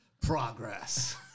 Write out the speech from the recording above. Progress